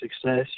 success